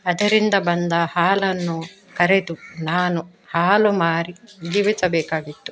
ಅದರಿಂದ ಬಂದ ಹಾಲನ್ನು ಕರೆದು ನಾನು ಹಾಲು ಮಾರಿ ಜೀವಿಸಬೇಕಾಗಿತ್ತು